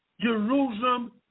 Jerusalem